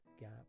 gap